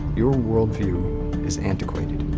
your worldview is antiquated.